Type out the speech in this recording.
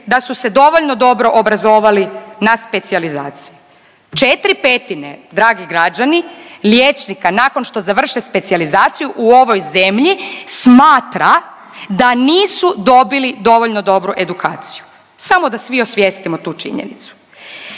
da su se dovoljno dobro obrazovali na specijalizaciji. Četri petine dragi građani liječnika nakon što završi specijalizaciju u ovoj zemlji smatra da nisu dobili dovoljno dobru edukaciju. Samo da svi osvijestimo tu činjenicu.